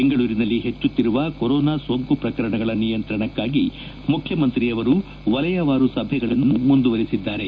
ಬೆಂಗಳೂರಿನಲ್ಲಿ ಹೆಚ್ಚುತ್ತಿರುವ ಕೊರೋನಾ ಸೋಂಕು ಪ್ರಕರಣಗಳ ನಿಯಂತ್ರಣಕ್ಕಾಗಿ ಮುಖ್ಯಮಂತ್ರಿ ಅವರು ವಲಯವಾರು ಸಭೆಗಳನ್ನು ಮುಂದುವರಿಸಿದ್ಲಾರೆ